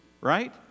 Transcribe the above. Right